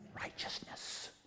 righteousness